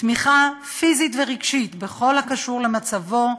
תמיכה פיזית ורגשית בכל הקשור למצבו,